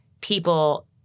people